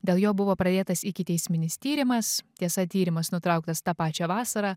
dėl jo buvo pradėtas ikiteisminis tyrimas tiesa tyrimas nutrauktas tą pačią vasarą